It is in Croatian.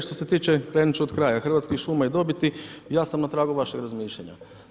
Što se tiče, krenut ću od kraja, Hrvatskih šuma i dobiti, ja sam na tragu vašeg razmišljanja.